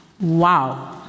Wow